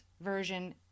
version